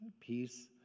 peace